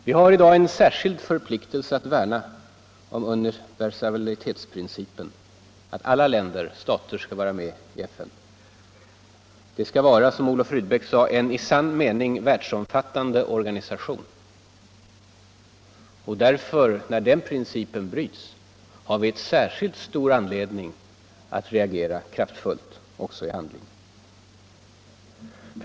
Vi har i dag en särskild förpliktelse att värna om universalitetsprincipen, att alla stater skall vara med i FN. Den skall vara, som Olof Rydbeck sade, en ”i sann mening världsomfattande organisation”. När den principen bryts har vi särskilt stor anledning att reagera kraftfullt också i handling.